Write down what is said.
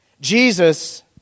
Jesus